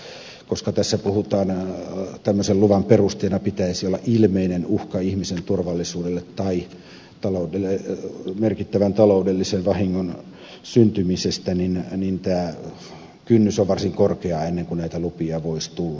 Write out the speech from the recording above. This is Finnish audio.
ja koska tässä on että tämmöisen luvan perusteena pitäisi olla ilmeinen uhka ihmisen turvallisuudelle tai merkittävän taloudellisen vahingon syntymisestä niin tämä kynnys on varsin korkea ennen kuin näitä lupia voisi tulla